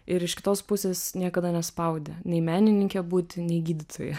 ir iš kitos pusės niekada nespaudė nei menininke būti nei gydytoja